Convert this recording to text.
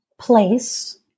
place